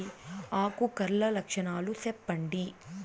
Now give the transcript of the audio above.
ఆకు కర్ల లక్షణాలు సెప్పండి